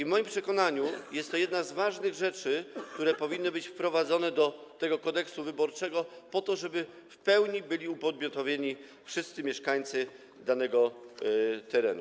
W moim przekonaniu jest to jedna z ważnych rzeczy, które powinny być wprowadzone do tego Kodeksu wyborczego po to, żeby w pełni byli upodmiotowieni wszyscy mieszkańcy danego terenu.